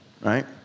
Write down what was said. right